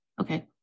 Okay